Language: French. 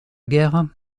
guerre